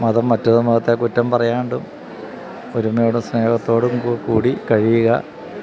മതം മറ്റൊരു മതത്തെ കുറ്റം പറയാതെയും ഒരുമയോടും സ്നേഹത്തോടും കൂടി കഴിയുക